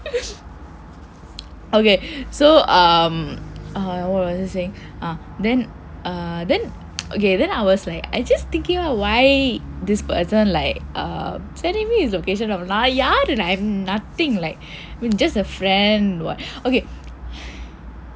ok so um err what was I saying ah then uh then ok then I was just like I just thinking ah why this person like err sending me his location அவன் நான் யாரு:avan naan yaaru I have nothing like just a friend [what]